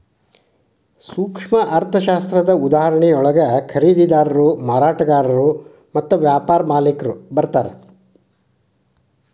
ಸೂಕ್ಷ್ಮ ಅರ್ಥಶಾಸ್ತ್ರದ ಉದಾಹರಣೆಯೊಳಗ ಖರೇದಿದಾರರು ಮಾರಾಟಗಾರರು ಮತ್ತ ವ್ಯಾಪಾರ ಮಾಲಿಕ್ರು ಬರ್ತಾರಾ